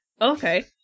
Okay